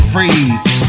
Freeze